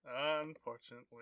unfortunately